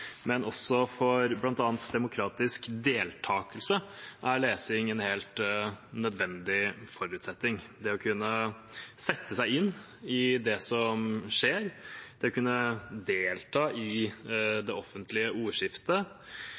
men også for bl.a. demokratisk deltakelse er lesing en helt nødvendig forutsetning. Det å kunne sette seg inn i det som skjer, det å kunne delta i det offentlige ordskiftet